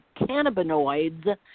cannabinoids